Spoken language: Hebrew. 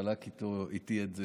שחלק איתי את זמנו.